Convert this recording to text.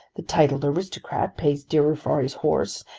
the titled aristocrat pays dearer for his horse,